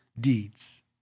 deeds